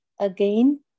again